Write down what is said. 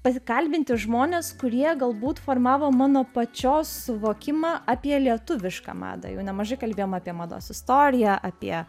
pakalbinti žmones kurie galbūt formavo mano pačios suvokimą apie lietuvišką madą jau nemažai kalbėjom apie mados istoriją apie